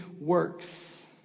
works